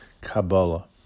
Kabbalah